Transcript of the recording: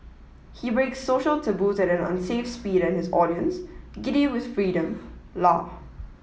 he breaks social taboos at an unsafe speed and his audience giddy with freedom laugh